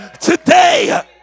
today